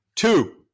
Two